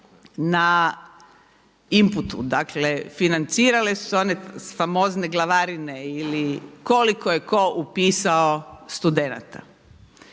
na inputu, dakle financirale su se one famozne glavarine ili koliko je tko upisao studenata.